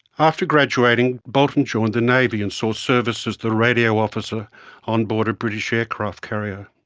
after graduating bolton joined the navy and saw service as the radio officer on board a british aircraft carrier.